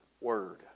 word